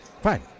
Fine